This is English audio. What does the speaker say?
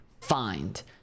find